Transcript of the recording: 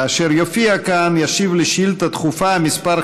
כאשר יופיע כאן, ישיב על שאילתה דחופה מס'